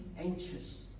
anxious